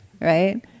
right